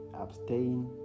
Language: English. Abstain